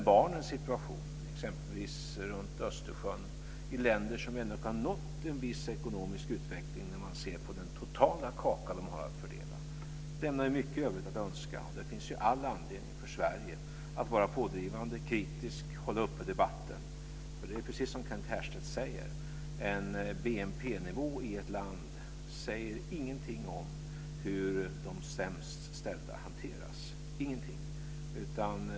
Barnens situation exempelvis runt Östersjön i länder som ändock har nått en viss ekonomisk utveckling när man ser på den totala kaka som de har att fördela lämnar mycket övrigt att önska. Det finns all anledning för Sverige att vara pådrivande och kritisk och att hålla debatten uppe. Det är precis så som Kent Härstedt säger, att BNP-nivån i ett land säger inte någonting om hur de sämst ställda hanteras - ingenting.